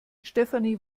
stefanie